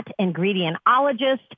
ingredientologist